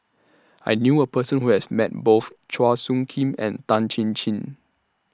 I knew A Person Who has Met Both Chua Soo Khim and Tan Chin Chin